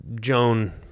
Joan